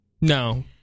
No